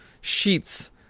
sheets